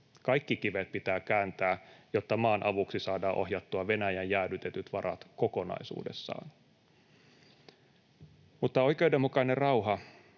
Kaikki kivet pitää kääntää, jotta maan avuksi saadaan ohjattua Venäjän jäädytetyt varat kokonaisuudessaan. Mutta oikeudenmukainen rauha